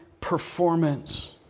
performance